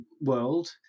world